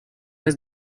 est